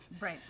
right